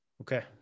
Okay